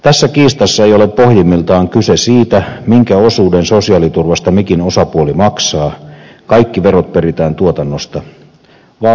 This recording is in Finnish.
tässä kiistassa ei ole pohjimmiltaan kyse siitä minkä osuuden sosiaaliturvasta mikin osapuoli maksaa kaikki verot peritään tuotannosta vaan vallasta siitä missä mistäkin päätetään